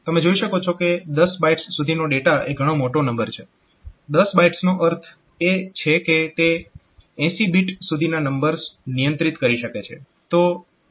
તમે જોઈ શકો છો કે 10 બાઇટ્સ સુધીનો ડેટા એ ઘણો મોટો નંબર છે 10 બાઇટ્સનો અર્થ છે કે તે 80 બીટ સુધીના નંબર્સ નિયંત્રિત કરી શકે છે